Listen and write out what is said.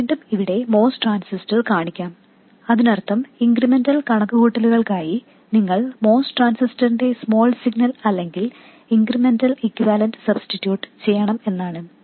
ഞാൻ വീണ്ടും ഇവിടെ MOS ട്രാൻസിസ്റ്റർ കാണിക്കാം അതിനർത്ഥം ഇൻക്രിമെന്റൽ കണക്കുകൂട്ടലുകൾക്കായി നിങ്ങൾ MOS ട്രാൻസിസ്റ്ററിന്റെ സ്മോൾ സിഗ്നൽ അല്ലെങ്കിൽ ഇൻക്രിമെന്റൽ ഇക്യുവാലെൻറ് സബ്സ്റ്റിട്യൂട്ട് ചെയ്യണം എന്നാണ്